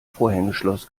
vorhängeschloss